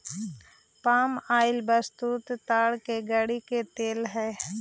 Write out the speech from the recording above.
पाम oil वस्तुतः ताड़ के गड़ी के तेल हई